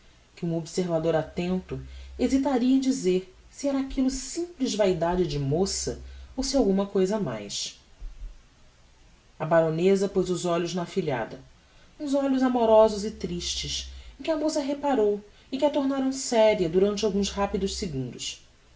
que um observador attento hesitaria em dizer se era aquillo simples vaidade de moça ou se alguma cousa mais a baroneza poz os olhos na afilhada uns olhos amorosos e tristes em que a moça reparou e que a tornaram séria durante alguns rapidos segundos